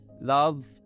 Love